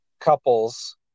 couples